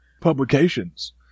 publications